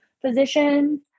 physicians